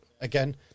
again